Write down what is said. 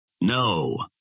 No